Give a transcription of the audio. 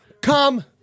come